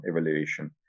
evaluation